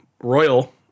royal